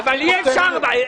אני מבקש להבין.